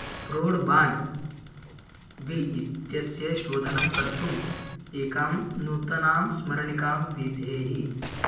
broadband bill इत्यस्य शोधनं कर्तुम् एकां नूतनां स्मरणिकां विधेहि